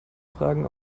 fragen